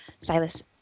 Silas